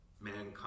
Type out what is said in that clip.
mankind